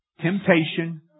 Temptation